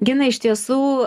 gina iš tiesų